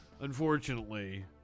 unfortunately